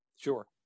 Sure